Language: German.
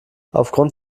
aufgrund